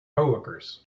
coworkers